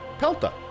Pelta